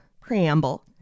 preamble